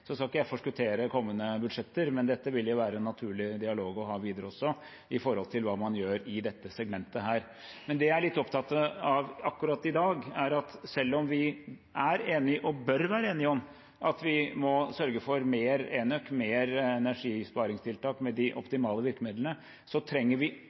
Så skal ikke jeg forskuttere kommende budsjetter, men dette vil være en naturlig dialog å ha videre også med tanke på hva man gjør i dette segmentet. Men det jeg er litt opptatt av akkurat i dag, er at selv om vi er enige og bør være enige om at vi må sørge for mer enøk og mer energisparingstiltak med de optimale virkemidlene, trenger vi